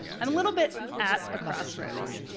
i'm a little bit at a crossroads.